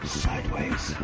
sideways